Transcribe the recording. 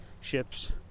ships